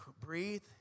breathe